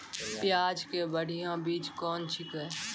प्याज के बढ़िया बीज कौन छिकै?